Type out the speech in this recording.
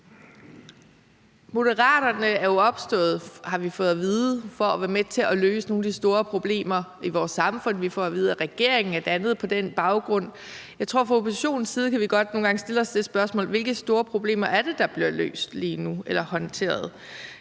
Moderaterne er jo opstået, har vi fået at vide, for at være med til at løse nogle af de store problemer i vores samfund. Vi får at vide, at regeringen er dannet på den baggrund. Jeg tror, at vi fra oppositionens side godt nogle gange kan stille os det spørgsmål, hvilke store problemer det er, der bliver løst eller håndteret